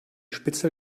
spitzel